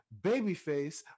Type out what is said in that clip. Babyface